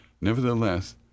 Nevertheless